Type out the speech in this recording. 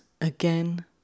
again